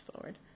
forward